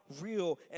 real